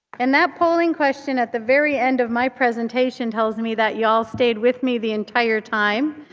and that polling question at the very end of my presentation tells me that you all stayed with me the entire time.